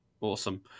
Awesome